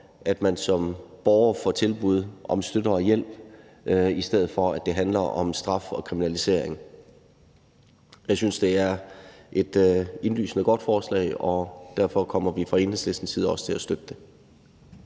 at man som borger får tilbud om støtte og hjælp, i stedet for at man bliver udsat for straf og kriminalisering. Jeg synes, det er et indlysende godt forslag, og derfor kommer vi fra Enhedslistens side også til at støtte det.